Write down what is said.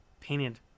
painted